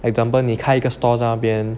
example 你开一个 stores 在那边